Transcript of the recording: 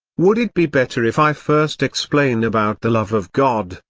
would it be better if i first explain about the love of god,